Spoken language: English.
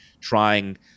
trying